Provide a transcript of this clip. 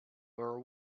were